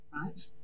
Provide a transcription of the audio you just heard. right